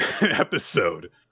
episode